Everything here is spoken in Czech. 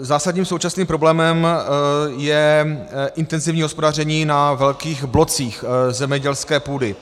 Zásadním současným problémem je intenzivní hospodaření na velkých blocích zemědělské půdy